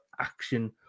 action